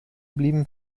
blieben